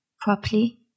properly